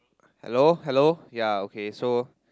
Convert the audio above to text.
hello hello ya okay so